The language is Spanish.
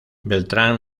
beltrán